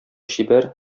чибәр